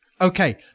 Okay